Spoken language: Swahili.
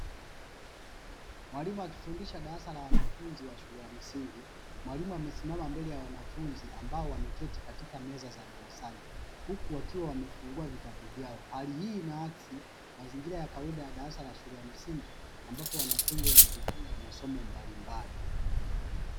Walimu akifundisha darasa la wanafunzi wa shule ya msingi, mwalimu amesimama mbele ya wanafunzi ambao wameketi katika meza za darasani, huku wakiwa wamefungua vitabu vyao, hali hiyo inaakisi mazingira ya kawaida ya darasa la shule ya msingi, ambapo wanafunzi wanajifunza masomo mbalimbali.